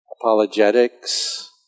apologetics